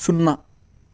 సున్నా